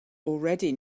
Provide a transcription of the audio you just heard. already